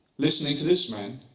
listening to this man,